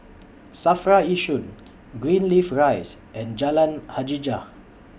SAFRA Yishun Greenleaf Rise and Jalan Hajijah